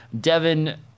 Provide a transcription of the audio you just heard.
Devin